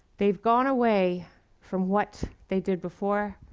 they've gone away from what they did before,